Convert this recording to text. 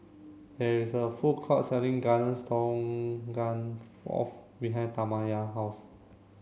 there is a food court selling Garden Stroganoff behind Tamya house